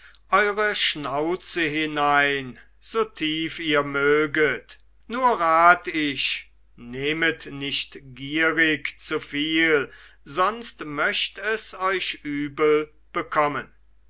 eure schnauze hinein so tief ihr möget nur rat ich nehmt nicht gierig zu viel es möcht euch übel bekommen